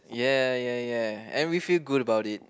ya ya ya and we feel good about it